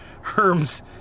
Herm's